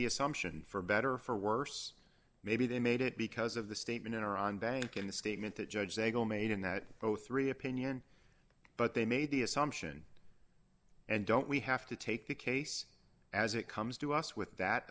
the assumption for better or for worse maybe they made it because of the statement in iran bank in the statement that judge zagel made in that both three opinion but they made the assumption and don't we have to take the case as it comes to us with that